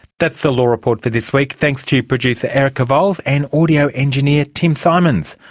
that's the law report for this week. thanks to producer erica vowles and audio engineer tim symonds.